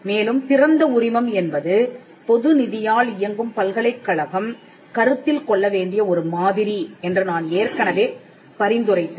மேலும் திறந்த உரிமம் என்பது பொது நிதியால் இயங்கும் பல்கலைக்கழகம் கருத்தில் கொள்ள வேண்டிய ஒரு மாதிரி என்று நான் ஏற்கனவே பரிந்துரைத்தேன்